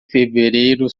fevereiro